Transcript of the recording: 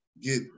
get